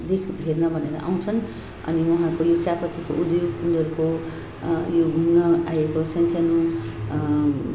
देख् हेर्न भनेर आउँछन् अनि उहाँहरूको यो चियापत्तीको उद्योग उनीहरूको यो घुम्न आएको सानो सानो